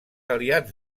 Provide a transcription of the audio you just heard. aliats